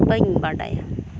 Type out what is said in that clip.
ᱵᱟᱹᱧ ᱵᱟᱰᱟᱭᱟ